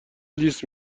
لیس